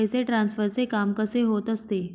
पैसे ट्रान्सफरचे काम कसे होत असते?